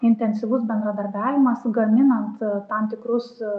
intensyvus bendradarbiavimas gaminant tam tikrus